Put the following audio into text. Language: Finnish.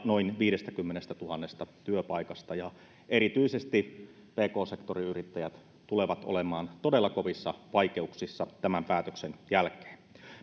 noin viidestäkymmenestätuhannesta työpaikasta ja erityisesti pk sektorin yrittäjät tulevat olemaan todella kovissa vaikeuksissa tämän päätöksen jälkeen